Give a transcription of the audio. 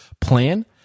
plan